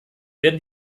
werden